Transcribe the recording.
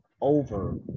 over